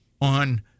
on